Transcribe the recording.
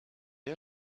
you